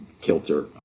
kilter